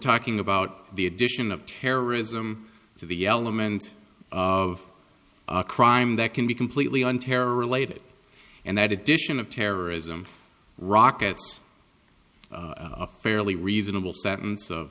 talking about the addition of terrorism to the element of a crime that can be completely on terror related and that addition of terrorism rockets a fairly reasonable sent